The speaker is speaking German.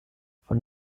von